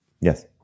Yes